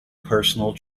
personal